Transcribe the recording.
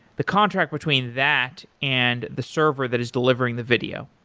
the contract between that and the server that is delivering the video?